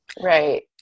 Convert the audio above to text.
Right